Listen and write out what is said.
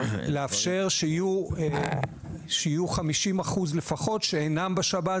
לאפשר שיהיו 50% לפחות שאינם בשב"ן,